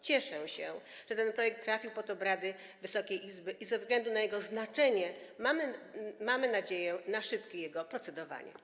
Cieszę się, że ten projekt trafił pod obrady Wysokiej Izby i ze względu na jego znaczenie mamy nadzieję na szybkie nad nim procedowanie.